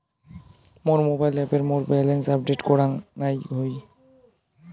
মোর mobile অ্যাপে মোর balance update করাং না হই